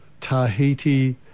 Tahiti